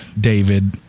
David